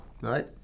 right